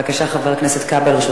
בבקשה, חבר הכנסת כבל.